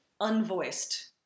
unvoiced